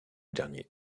dernier